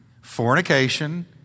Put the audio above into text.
fornication